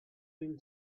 will